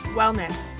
wellness